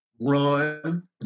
run